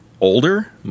older